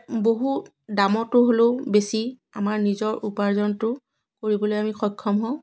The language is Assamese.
বহু দামতো হ'লেও বেছি আমাৰ নিজৰ উপাৰ্জনটো কৰিবলৈ আমি সক্ষম হওঁ